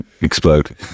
explode